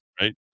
right